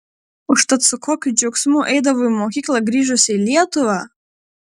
užtat su kokiu džiaugsmu eidavau į mokyklą grįžusi į lietuvą